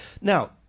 now